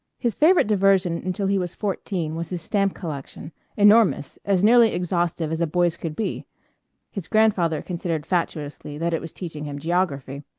his favorite diversion until he was fourteen was his stamp collection enormous, as nearly exhaustive as a boy's could be his grandfather considered fatuously that it was teaching him geography.